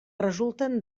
resulten